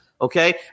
okay